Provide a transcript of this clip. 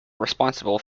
responsible